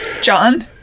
John